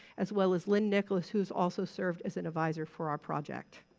as well as lynn nicholas who's also served as an advisor for our project.